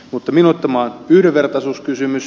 mutta minulle tämä on yhdenvertaisuuskysymys